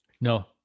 No